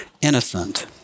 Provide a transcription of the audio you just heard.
innocent